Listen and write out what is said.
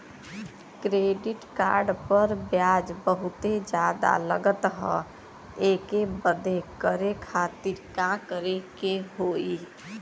Credit card पर ब्याज बहुते ज्यादा लगत ह एके बंद करे खातिर का करे के होई?